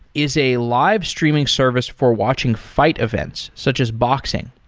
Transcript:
is a live streaming service for watching fight events, such as boxing.